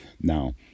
Now